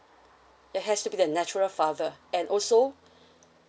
it has to be the natural father and also